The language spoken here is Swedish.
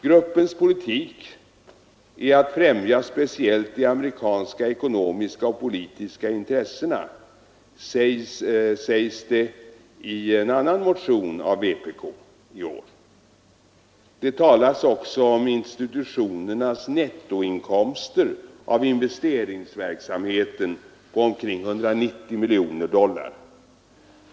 Gruppens politik ”är att främja speciellt de amerikanska ekonomiska och politiska intressena”, sägs det i en annan motion av vpk i år. Det talas också om institutionernas ”nettoinkomster”, av investeringsverksamheten på omkring 190 miljoner dollar.